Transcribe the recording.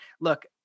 look